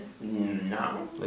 No